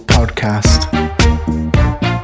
Podcast